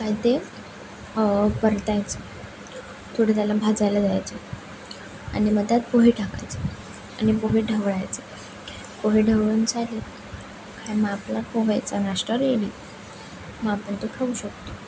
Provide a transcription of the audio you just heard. काय ते परतायचं थोडं त्याला भाजायला द्यायचं आणि मग त्यात पोहे टाकायचे आणि पोहे ढवळायचे पोहे ढवळून झाले मग आपला पोह्याचा नाष्टा रेडी मग आपण तो खाऊ शकतो